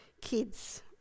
kids